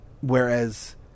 Whereas